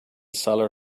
seller